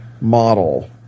model